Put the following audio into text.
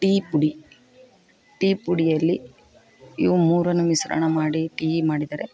ಟೀಪುಡಿ ಟೀಪುಡಿಯಲ್ಲಿ ಇವು ಮೂರನ್ನು ಮಿಶ್ರಣ ಮಾಡಿ ಟೀ ಮಾಡಿದರೆ